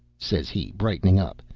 says he, brightening up,